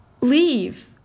leave